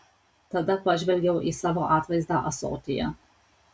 tada pažvelgiau į savo atvaizdą ąsotyje